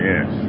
Yes